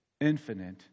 infinite